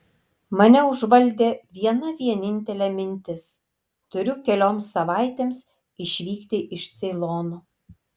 mane užvaldė viena vienintelė mintis turiu kelioms savaitėms išvykti iš ceilono